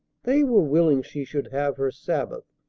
they were willing she should have her sabbath,